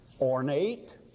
Ornate